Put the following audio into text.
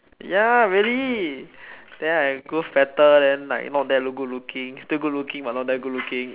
ya really then I grow fatter then like not that good looking still good looking but not that good looking